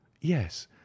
yes